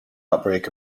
outbreak